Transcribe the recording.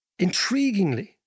intriguingly